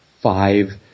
five